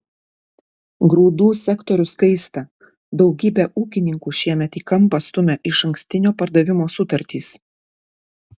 grūdų sektorius kaista daugybę ūkininkų šiemet į kampą stumia išankstinio pardavimo sutartys